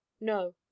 No